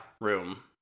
Room